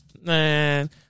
man